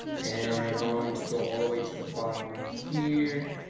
and we're going to go all the way to the bottom right here.